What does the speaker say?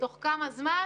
תוך כמה זמן?